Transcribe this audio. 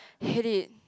hate it